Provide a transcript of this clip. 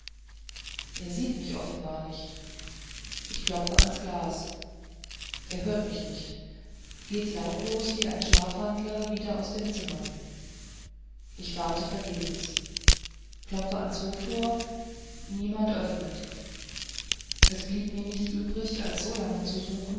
er sieht mich offenbar nicht ich klopfe ans glas er hört mich nicht geht lautlos wie ein schlafwandler wieder aus dem zimmer ich warte vergebens klopfe ans haustor niemand öffnet es blieb mir nichts übrig als so lange zu suchen